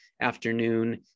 afternoon